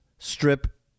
Strip